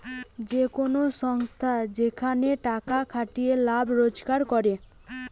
যে কোন সংস্থা যেখানে টাকার খাটিয়ে লাভ রোজগার করে